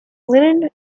linen